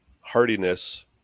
hardiness